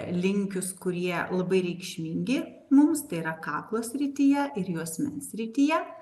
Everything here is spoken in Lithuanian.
linkius kurie labai reikšmingi mums tai yra kaklo srityje ir juosmens srityje